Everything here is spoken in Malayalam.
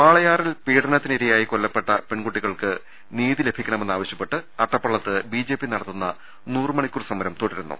വാളയാറിൽ പീഡനത്തിനിരയായി കൊല്ലപ്പെട്ട പെൺകുട്ടി കൾക്ക് നീതി ലഭിക്കണമെന്നാവശ്യപ്പെട്ട് അട്ടപ്പള്ളത്ത് ബിജെപി നട ത്തുന്ന നൂറു മണിക്കൂർ സമരം തുടരുന്നു